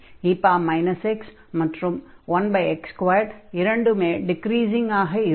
e x மற்றும் 1x2 இரண்டுமே டிக்ரீஸிங்காக இருக்கும்